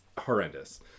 horrendous